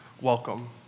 Welcome